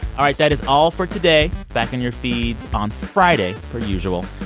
all right. that is all for today back in your feeds on friday, per usual.